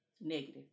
negative